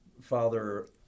Father